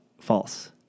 False